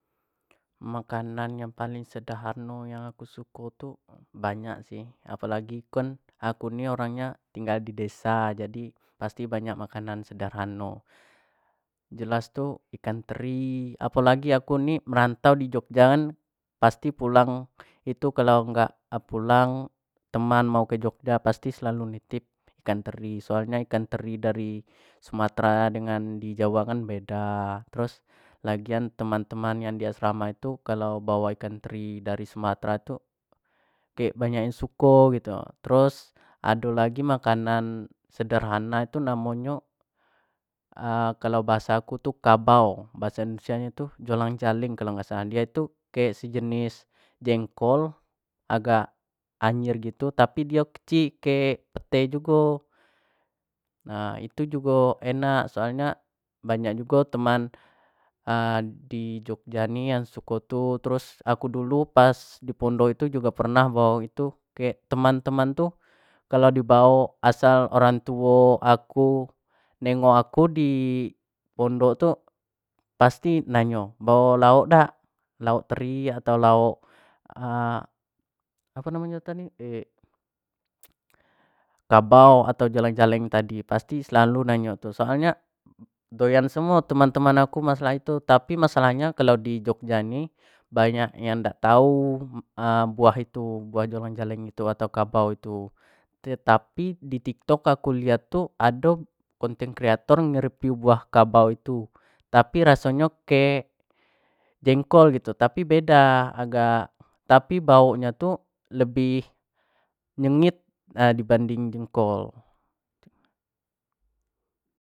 Makanaan yang paling sederhano yang paling aku suko tu banyak sih apolagi kan aku ni orang nya tinggal di desa pasti banyak makanan sederhano jelas tu ikan teri apo lagi aku ni merantau i ogja kan apsti pulang itu kalau gak pulang teman mau ke jogja pasti selalu nitip ikan teri, soal nyo ikan teri dari sumatera dengan di jawa kan beda, terus teman-teman kalau di asrama tu kalau bawa ikan teri dari sumatera itu kek banyak yang suko gitu, terus ado lagi makanan sederhana itu namo nyo kalau bahasa aku tu kabau bahasa indonesia tu jalangjaling kalau dak salah, dio tu kek sejenis jengkol, agak anyir gitu tapi dio kecik kek pete jugo, nah itu jugo enak kayak nyo banyak jugo teman, di jogja ni yang suko tu trus aku dulu pas di pondok tu jugo pernah bawa itu kek teman-teman itu kalau dibawak asal orang tuo aku negok aku di pondok tu pasti nanyo bao lauk dak, lauk teri atau lauk apo namo nyo tadi kabau atau jalengjaleng tadi pasti selalu nanyo tu, soal nyo doyan semuo teman-teman aku tu, tapi masalah nyo kalau di jogja ni banyak yang dak tau buah itu buah jalang jaleng iyu, atau kabau itu, tapi di tiktok aku lihat tu ado konten creator negreview buah kabau itu tapi raso nyo kek jengkolgtu tapi beda agak tapi bau nyo tu lebih nyengit di banding jengkol